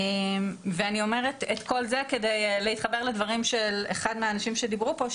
אני אומרת את כל זה כדי להתחבר לדברים של אחד מהאנשים שדיברו פה,